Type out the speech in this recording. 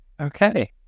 Okay